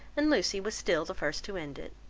and lucy was still the first to end it.